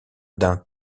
d’un